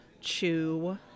chew